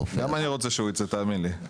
גם אני רוצה שהוא יצא, תאמין לי.